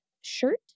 shirt